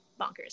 bonkers